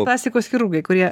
plastikos chirurgai kurie